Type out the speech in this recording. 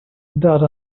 dirt